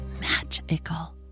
magical